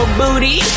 booty